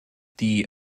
die